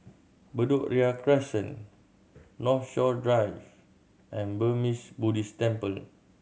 Bedok Ria Crescent Northshore Drive and Burmese Buddhist Temple